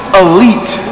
elite